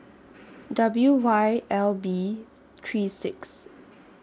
W Y L B three six